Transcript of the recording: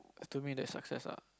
to me that's success ah